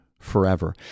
forever